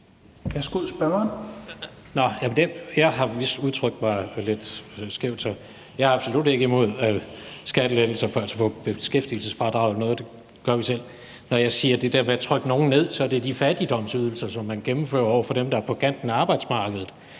Jeg er absolut ikke imod skattelettelser, altså på beskæftigelsesfradraget. Noget af det vil vi selv. Når jeg siger det der med at trykke nogen ned, er det i forhold til de fattigdomsydelser, som man gennemfører over for dem, der er på kanten af arbejdsmarkedet,